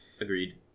Agreed